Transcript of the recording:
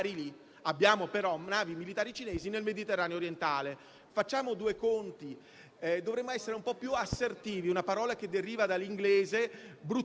Abbiamo però navi militari cinesi nel Mediterraneo orientale. Facciamo due conti. Dovremmo essere un po' più assertivi, usando una parola derivante dall'inglese, che